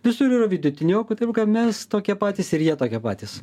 visur yra vidutiniokų taip kad mes tokie patys ir jie tokie patys